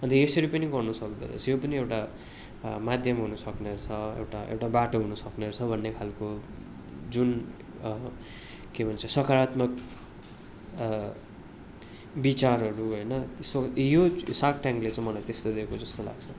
अन्त यसरी पनि गर्नुसक्दो रहेछ यो पनि एउटा माध्यम हुन सक्ने रहेछ एउटा एउटा बाटो हुन सक्ने रहेछ भन्ने खालको जुन के भन्छ सकरात्मक बिचारहरू होइन यो सार्क ट्यान्कले चाहिँ मलाई त्यस्तो दिएको जस्तो लाग्छ